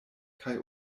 kaj